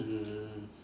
mmhmm